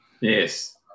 Yes